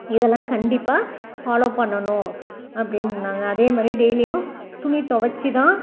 இதெல்லாம் கண்டிப்பாக ஃபாலோ பண்ணணும் அப்படின்னாங்க அதேமாதிரி டெய்லியும் துணி துவச்சி தான்